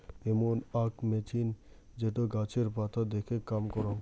এমন আক মেছিন যেটো গাছের পাতা দেখে কাম করং